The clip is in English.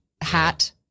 hat